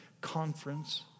conference